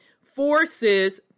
forces